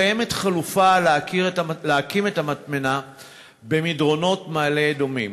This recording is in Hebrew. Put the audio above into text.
קיימת חלופה: להקים את המטמנה במדרונות מעלה-אדומים,